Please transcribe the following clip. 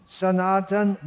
sanatan